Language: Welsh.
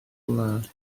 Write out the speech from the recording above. wlad